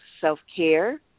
self-care